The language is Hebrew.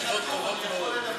תקנא, זה דווקא תשובות טובות מאוד.